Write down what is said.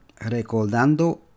Recordando